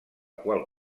qual